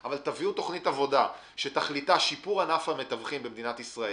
אבל תביאו תכנית עבודה שתכליתה שיפור ענף המתווכים במדינת ישראל,